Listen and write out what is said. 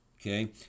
Okay